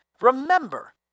Remember